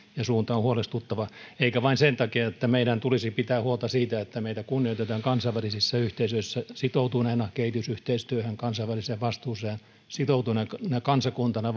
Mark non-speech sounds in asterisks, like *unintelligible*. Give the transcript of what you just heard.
suunta on huolestuttava eikä vain sen takia että meidän tulisi pitää huolta siitä että meitä kunnioitetaan kansainvälisissä yhteisöissä kehitysyhteistyöhön kansainväliseen vastuuseen sitoutuneena kansakuntana *unintelligible*